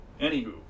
anywho